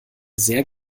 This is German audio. sehr